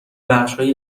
بخشهای